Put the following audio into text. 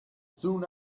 soon